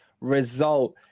result